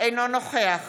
אינו נוכח